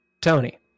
Tony